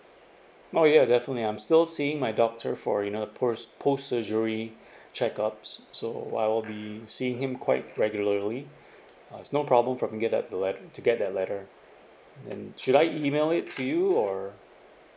oh ya definitely I'm still seeing my doctor for you know post post surgery check ups so I'll be seeing him quite regularly uh it's no problem for me get that the letter to get the letter and should I email it to you or